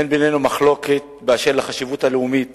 אין בינינו מחלוקת באשר לחשיבות הלאומית